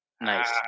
Nice